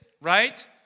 right